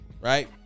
right